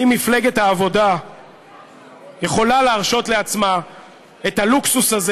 האם מפלגת העבודה יכולה להרשות לעצמה את הלוקסוס הזה?